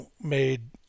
made